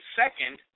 second